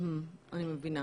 אני מבינה.